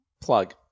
Plug